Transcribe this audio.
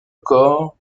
corps